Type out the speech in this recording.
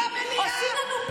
את הכנסת למליאה, לקודש-הקודשים,